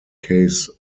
case